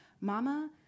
mama